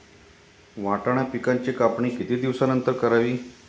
वाटाणा पिकांची कापणी किती दिवसानंतर करावी?